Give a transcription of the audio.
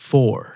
Four